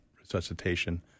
resuscitation